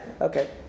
Okay